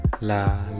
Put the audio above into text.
la